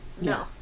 No